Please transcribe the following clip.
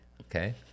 okay